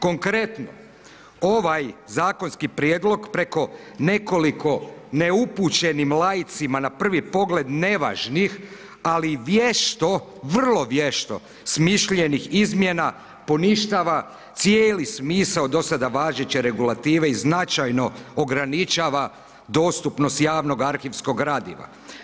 Konkretno, ovaj zakonski prijedlog preko nekoliko neupućenim laicima na prvi pogled nevažnih, ali i vješto, vrlo vješto smišljenih izmjena poništava cijeli smisao do sada važeće regulative i značajno ograničava dostupnost javnog arhivskog gradiva.